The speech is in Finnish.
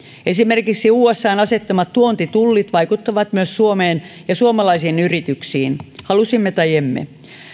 esimerkiksi usan asettamat tuontitullit vaikuttavat myös suomeen ja suomalaisiin yrityksiin halusimme tai emme